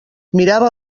mirava